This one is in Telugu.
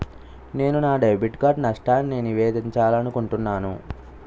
నేను నా డెబిట్ కార్డ్ నష్టాన్ని నివేదించాలనుకుంటున్నాను